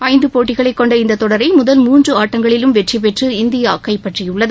ஐந்து போட்டிகளைக் கொண்ட இந்த தொடரை முதல் மூன்று ஆட்டங்களிலும் வெற்றிபெற்று இந்தியா கைப்பற்றியுள்ளது